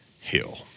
hill